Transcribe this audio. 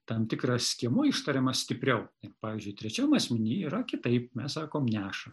tam tikra skiemuo ištariamas stipriau ir pavyzdžiui trečiam asmeny yra kitaip mes sakom neša